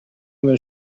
their